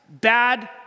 bad